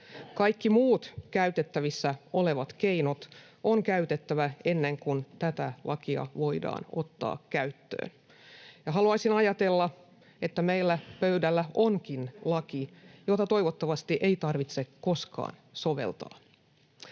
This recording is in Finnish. Kaikki muut käytettävissä olevat keinot on käytettävä ennen kuin tätä lakia voidaan ottaa käyttöön. Ja haluaisin ajatella, että meillä pöydällä onkin laki, jota toivottavasti ei tarvitse koskaan soveltaa.